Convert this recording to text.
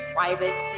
Private